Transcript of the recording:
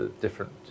different